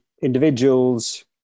individuals